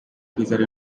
features